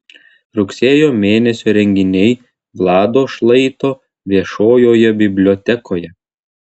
rugsėjo mėnesio renginiai vlado šlaito viešojoje bibliotekoje